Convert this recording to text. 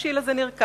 התבשיל הזה נרקח,